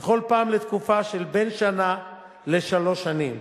בכל פעם לתקופה של בין שנה לשלוש שנים,